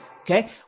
okay